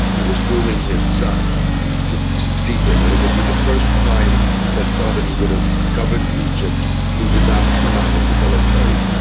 he was grooming his son to succeed him and it would be the first time that somebody would have governed egypt who did not come out of the military.